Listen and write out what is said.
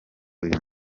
uyu